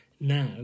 now